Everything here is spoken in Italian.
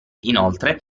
inoltre